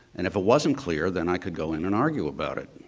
and if it wasn't clear, then i could go in and argue about it.